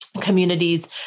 communities